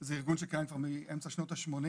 זה ארגון שקיים כבר מאמצע שנות השמונים